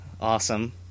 awesome